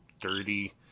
dirty